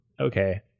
Okay